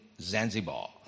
Zanzibar